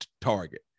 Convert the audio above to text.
Target